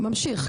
ממשיך,